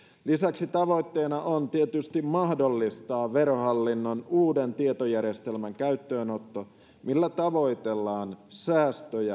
lisäksi tavoitteena on tietysti mahdollistaa verohallinnon uuden tietojärjestelmän käyttöönotto millä tavoitellaan säästöjä